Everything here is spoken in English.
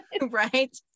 right